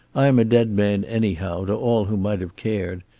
i am a dead man, anyhow, to all who might have cared,